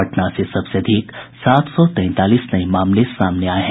पटना से सबसे अधिक सात सौ तैंतालीस नये मामले सामने आये हैं